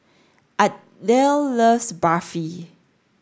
Adel loves Barfi